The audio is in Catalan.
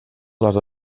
les